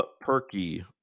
Perky